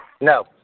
no